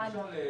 אחד.